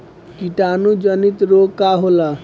कीटाणु जनित रोग का होला?